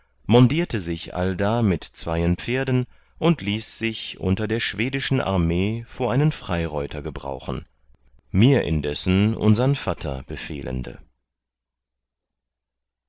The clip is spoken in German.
sich allda mit zweien pferden und ließ sich unter der schwedischen armee vor einen freireuter gebrauchen mir indessen unsern vatter befehlende